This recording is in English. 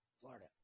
Florida